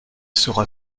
sera